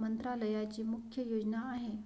मंत्रालयाची मुख्य योजना आहे